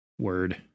Word